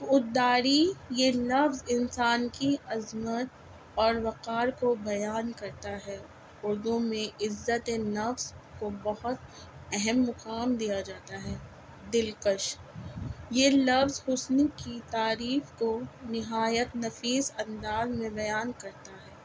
خود داری یہ لفظ انسان کی عظمت اور وقار کو بیان کرتا ہے اردو میں عزت نفس کو بہت اہم مقام دیا جاتا ہے دلکش یہ لفظ حسن کی تعریف کو نہایت نفیس انداز میں بیان کرتا ہے